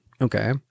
okay